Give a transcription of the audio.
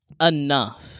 enough